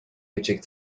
کوچک